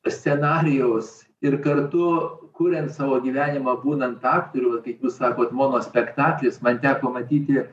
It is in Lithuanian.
scenarijaus ir kartu kuriant savo gyvenimą būnant aktoriumi kaip jūs sakot monospektaklis man teko matyti